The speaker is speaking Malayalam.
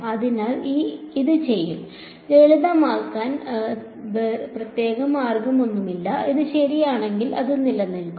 അതിനാൽ ഇത് ചെയ്യും ലളിതമാക്കാൻ പ്രത്യേക മാർഗമൊന്നുമില്ല അത് ശരിയാണെങ്കിൽ അത് നിലനിൽക്കും